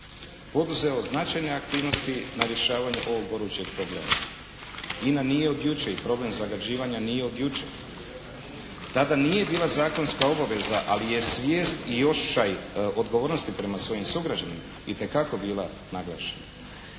poduzeo značajne aktivnosti na rješavanje ovog gorućeg problema. INA nije od jučer i problem zagađivanja nije od jučer. Tada nije bila zakonska obaveza ali je svijest o očaj odgovornosti prema svojim sugrađanima itekako bila naglašena.